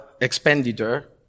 expenditure